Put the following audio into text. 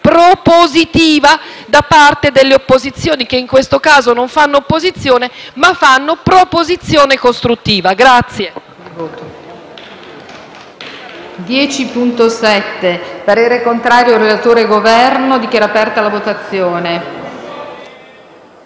propositiva da parte delle opposizioni, che in questo caso non fanno opposizione, appunto, ma fanno proposizione costruttiva.